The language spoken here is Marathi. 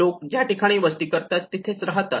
लोक ज्या ठिकाणी वस्ती करतात तिथेच राहतात